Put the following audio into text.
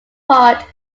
part